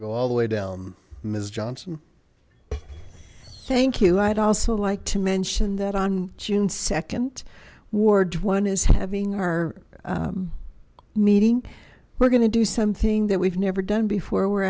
go all the way down miss johnson thank you i'd also like to mention that on june nd ward one is having our meeting we're going to do something that we've never done before we're